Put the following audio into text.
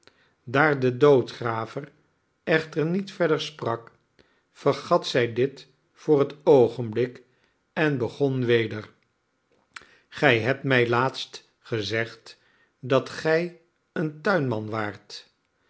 daar de doodgraver echter niet verder sprak vergat zij dit voor het oogenblik en begon weder gij hebt mij laatst gezegd dat gij een tuinman waart